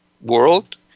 world